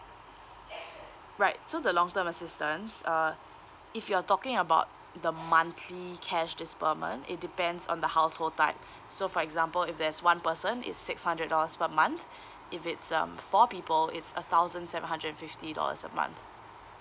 right so the long term assistance uh if you're talking about the monthly cash disbursement it depends on the household type so for example if there's one person it's six hundred dollars per month if it's um four people it's a thousand seven hundred and fifty dollars a month